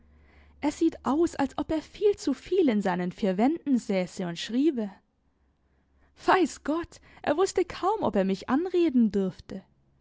er sieht aus als ob er viel zu viel in seinen vier wänden säße und schriebe weiß gott er wußte kaum ob er mich anreden durfte